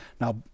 Now